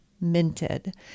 minted